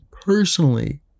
personally